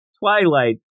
Twilight